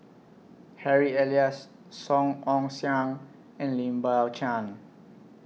Harry Elias Song Ong Siang and Lim Biow Chuan